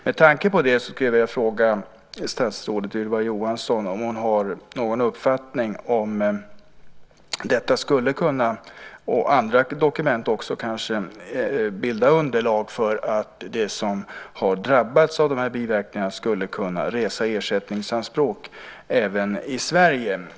Med tanke på det skulle jag vilja fråga statsrådet Ylva Johansson om hon har någon uppfattning om att detta, och kanske också andra dokument, skulle kunna bilda underlag så att de som har drabbats av de här biverkningarna skulle kunna resa ersättningsanspråk även i Sverige.